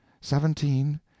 seventeen